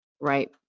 Right